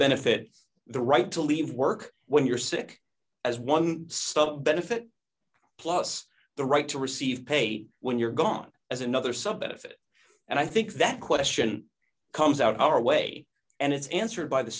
benefit the right to leave work when you're sick as one saw benefit plus the right to receive pay when you're gone as another sub benefit and i think that question comes our way and it's answered by the